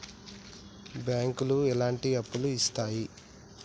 బ్యాంకులు ఎట్లాంటి అప్పులు ఇత్తది?